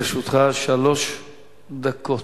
לרשותך שלוש דקות.